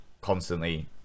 constantly